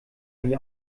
nicht